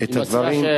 את הדברים,